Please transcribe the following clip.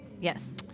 Yes